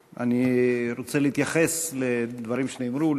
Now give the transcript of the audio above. כי לצד הכאב הבלתי-יתואר בדרכם האחרונה של שלושת הבנים,